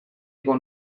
igo